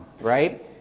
right